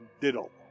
diddle